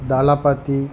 దళపతి